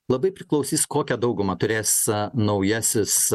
labai priklausys kokią daugumą turės naujasis